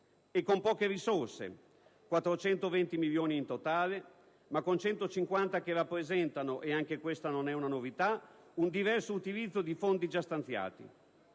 - con poche risorse: 420 milioni di euro in totale, di cui 150 rappresentano - anche questa non è una novità - un diverso utilizzo di fondi già stanziati.